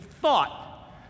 thought